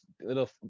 little